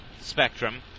spectrum